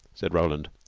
said roland.